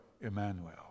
Emmanuel